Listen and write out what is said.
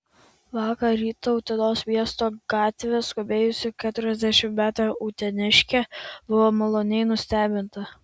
vakar rytą utenos miesto gatve skubėjusi keturiasdešimtmetė uteniškė buvo maloniai nustebinta